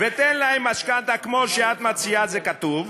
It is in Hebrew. ותן להם משכנתה, כמו שאת מציעה, זה כתוב.